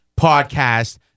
podcast